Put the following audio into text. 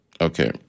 Okay